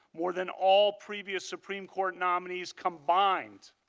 more than all previous supreme court nominations combined.